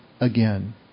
again